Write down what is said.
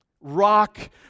Rock